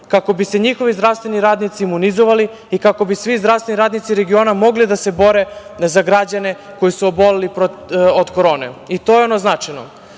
kako bi se njihovi zdravstveni radnici imunizovali i kako bi svi zdravstveni radnici regiona mogli da se bore za građane koji su oboleli od korone. To je ono značajno. Srbija